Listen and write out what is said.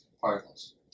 particles